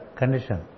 condition